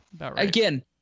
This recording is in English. Again